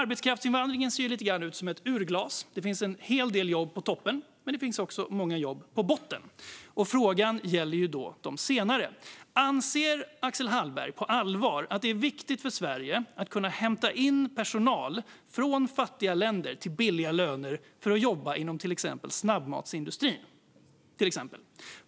Arbetskraftsinvandringen ser ut lite grann som ett timglas. Det finns en hel del jobb på toppen, men det finns också många jobb på botten. Och frågan gäller de senare. Anser Axel Hallberg på allvar att det är viktigt för Sverige att kunna hämta in personal från fattiga länder för att de ska jobba till billiga löner inom till exempel snabbmatsindustrin?